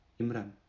Imran